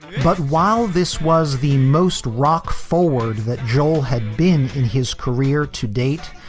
but while this was the most rock forward that joel had been in his career to date,